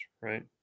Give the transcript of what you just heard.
right